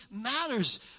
matters